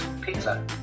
pizza